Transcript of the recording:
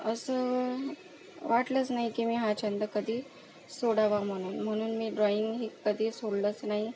असं वाटलंच नाही की मी हा छंद कधी सोडावा म्हणून म्हणून मी ड्रॉइंग हे कधी सोडलंच नाही